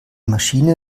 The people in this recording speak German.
maschine